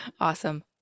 awesome